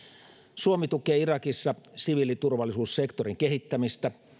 suomi tukee irakissa siviiliturvallisuussektorin kehittämistä ja